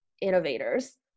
innovators